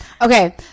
Okay